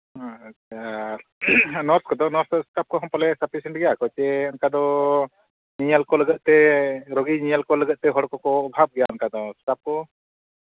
ᱟᱪᱪᱷᱟ ᱟᱨ ᱱᱟᱨᱥ ᱠᱚᱫᱚ ᱱᱟᱨᱥ ᱥᱴᱟᱯᱷ ᱠᱚᱦᱚᱸ ᱯᱟᱞᱮᱱ ᱥᱟᱯᱤᱥᱮᱱᱴ ᱜᱮᱭᱟ ᱠᱚ ᱪᱮ ᱚᱱᱠᱟ ᱫᱚ ᱧᱮᱧᱮᱞ ᱠᱚ ᱞᱟᱹᱜᱤᱫ ᱛᱮ ᱨᱩᱜᱤ ᱧᱮᱧᱮᱞ ᱠᱚ ᱞᱟᱹᱜᱤᱫ ᱛᱮ ᱦᱚᱲ ᱠᱚᱠᱚ ᱚᱵᱷᱟᱵᱽ ᱜᱮᱭᱟ ᱚᱱᱠᱟ ᱫᱚ ᱥᱴᱟᱯᱷ ᱠᱚ